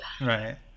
Right